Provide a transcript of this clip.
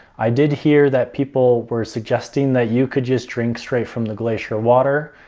i did hear that people were suggesting that you could just drink straight from the glacier water,